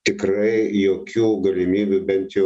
tikrai jokių galimybių bent jau